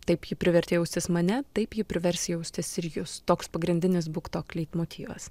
taip ji privertė jaustis mane taip ji privers jaustis ir jus toks pagrindinis buk tok leitmotyvas